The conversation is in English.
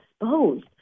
exposed